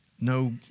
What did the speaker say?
no